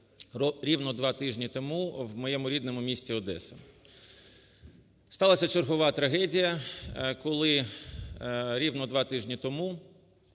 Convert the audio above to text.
рівно два тижні тому в моєму рідному місті Одеса. Сталася чергова трагедія, коли рівно два тижні тому